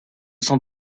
sont